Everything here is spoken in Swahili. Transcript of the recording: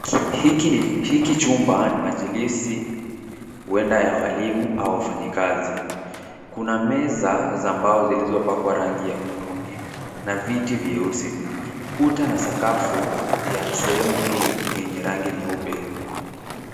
Hiki chumba ni majilisi huenda ya walimu ama ya wafanyakazi kuna meza za mbao zilizo pakwa rangi ya hudhurungi na viti vyeusi. Kuta na sakafu ya sehemu hii ni yenye rangi nyeupe.